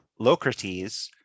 locrates